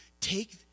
take